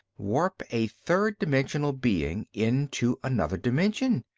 warp a third-dimensional being into another dimension!